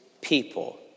people